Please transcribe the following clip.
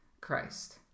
Christ